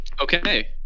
Okay